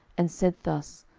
and said thus,